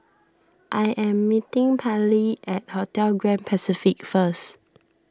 I am meeting Pallie at Hotel Grand Pacific first